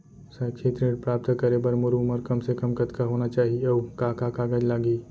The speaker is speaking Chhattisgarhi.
शैक्षिक ऋण प्राप्त करे बर मोर उमर कम से कम कतका होना चाहि, अऊ का का कागज लागही?